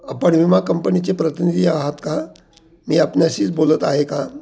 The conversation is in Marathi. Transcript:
आपण विमा कंपनीचे प्रतिनिधी आहात का मी आपणाशीच बोलत आहे का